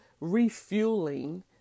refueling